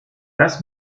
das